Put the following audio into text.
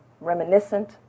reminiscent